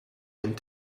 and